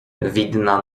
widna